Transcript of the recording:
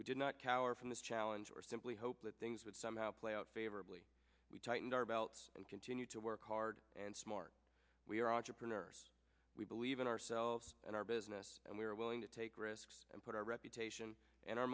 we did not cower from this challenge or simply hope that things would somehow play out favorably we tightened our belts and continue to work hard and smart we are entrepreneurs we believe in ourselves and our business and we're willing to take risks and put our reputation and our